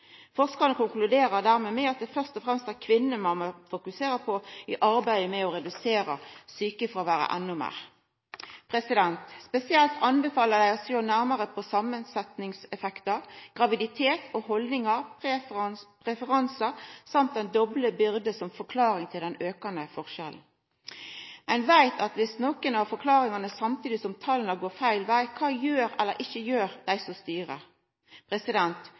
konkluderer dermed med at det først og fremst er kvinnene ein må fokusera på i arbeidet med å redusera sjukefråværet enda meir. Spesielt anbefaler dei å sjå nærmare på samansetnadseffektar – graviditet og haldningar, preferansar samt den doble byrda – som forklaring på den aukande forskjellen. Ein veit om nokre av forklaringane – samtidig går tala feil veg. Kva gjer eller gjer ikkje dei som styrer?